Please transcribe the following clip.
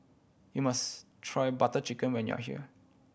you must try Butter Chicken when you are here